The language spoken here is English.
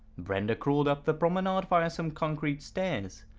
brenda crawled up the promenade via some concrete stairs.